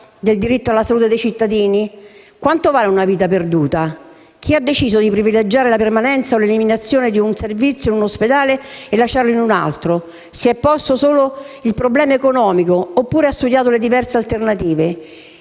del diritto alla salute dei cittadini? Quanto vale una vita perduta? Chi ha deciso di privilegiare la permanenza o l'eliminazione di un servizio in un ospedale e lasciarlo in un altro si è posto solo il problema economico oppure ha studiato le diverse alternative,